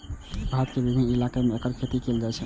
भारत के विभिन्न इलाका मे एकर खेती कैल जाइ छै